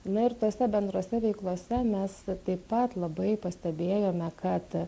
na ir tose bendrose veiklose mes taip pat labai pastebėjome kad